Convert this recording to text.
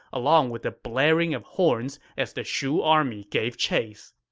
along with the blaring of horns as the shu army gave chase.